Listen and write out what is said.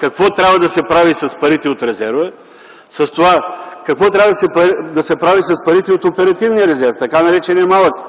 какво да се прави с парите от резерва, за това какво трябва да се прави с парите от оперативния резерв – така нареченият малък